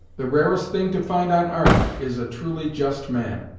the rarest thing to find on arth is a truly just man.